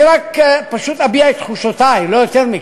אני פשוט רק אביע את תחושותי, לא יותר מכך.